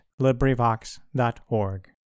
LibriVox.org